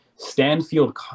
Stanfield